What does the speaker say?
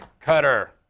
Cutter